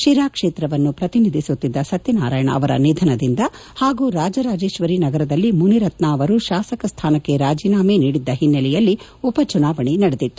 ಶಿರಾ ಕ್ಷೇತ್ರವನ್ನು ಪ್ರತಿನಿಧಿಸುತ್ತಿದ್ದ ಸತ್ಯನಾರಾಯಣ ಅವರ ನಿಧನದಿಂದ ಪಾಗೂ ರಾಜರಾಜೇತ್ತರಿನಗರದಲ್ಲಿ ಮುನಿರತ್ನ ಅವರು ಶಾಸಕ ಸ್ಟಾನಕ್ಕೆ ರಾಜೀನಾಮೆ ನೀಡಿದ ಹಿನ್ನೆಲೆಯಲ್ಲಿ ಉಪಚುನಾವಣೆ ನಡೆದಿತ್ತು